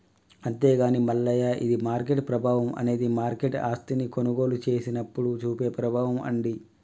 అంతేగాని మల్లయ్య ఇది మార్కెట్ ప్రభావం అనేది మార్కెట్ ఆస్తిని కొనుగోలు చేసినప్పుడు చూపే ప్రభావం అండి